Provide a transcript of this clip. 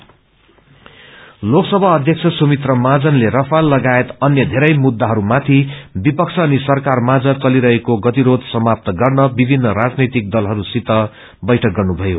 सीकर लोकसभा अध्यक्ष सुमित्रा महाजनले सफाल लगायत अन्य वेरै मुद्दाहरू माथि विपक्ष अनि सरकारमाझ चलिरहेको गतिरोष समाप्त गर्न विभिन्न राजनैतिक दलहरू सित बैठक गर्नुभयो